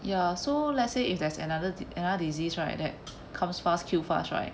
ya so let's say if there's another another disease right that comes fast kill fast right